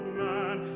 man